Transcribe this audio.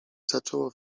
zaczęło